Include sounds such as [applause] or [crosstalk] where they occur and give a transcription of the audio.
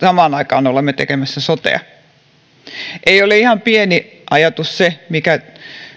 [unintelligible] samaan aikaan olemme tekemässä sotea ei ole ihan pieni ajatus se mikä